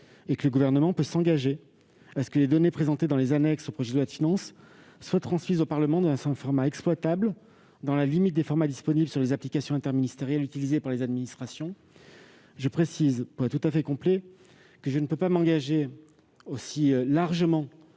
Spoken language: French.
et que le Gouvernement peut s'engager à ce que les données présentées dans les annexes au projet de loi de finances soient transmises au Parlement dans un format exploitable, dans la limite des formats disponibles sur les applications interministérielles utilisées par les administrations. J'indique, pour être tout à fait complet, que je ne peux pas m'engager aussi largement